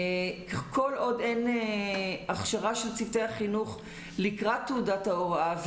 כל עוד אין הכשרה של צוותי החינוך לקראת תעודת ההוראה,